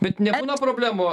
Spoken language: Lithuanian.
bet nebūna problemų